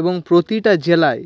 এবং প্রতিটা জেলায়